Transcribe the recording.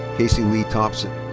casey leigh thompson.